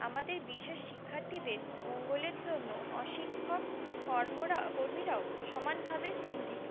আমাদের বিশেষ শিক্ষার্থীদের মঙ্গলের জন্য অশিক্ষক কর্মরা কর্মীরাও সমানভাবে চিন্তিত